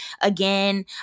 Again